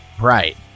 Right